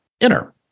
Enter